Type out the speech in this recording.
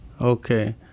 okay